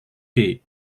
day